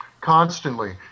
Constantly